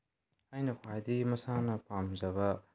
ꯑꯩꯅ ꯈ꯭ꯋꯥꯏꯗꯒꯤ ꯃꯁꯥꯅ ꯄꯥꯝꯖꯕ